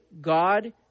God